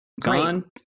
Gone